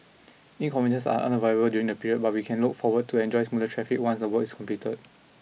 inconvenience are unavoidable during the period but we can look forward to enjoy smoother traffic once the work is completed